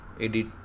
edit